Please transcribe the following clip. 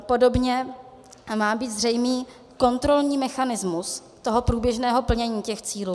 Podobně má být zřejmý kontrolní mechanismus průběžného plnění cílů.